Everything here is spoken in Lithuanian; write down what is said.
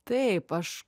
taip aš